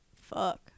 Fuck